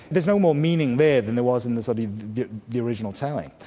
there's no more meaning there than there was in the sort of the original telling.